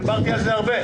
דיברתי על זה הרבה.